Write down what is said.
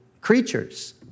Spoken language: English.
creatures